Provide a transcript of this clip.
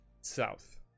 south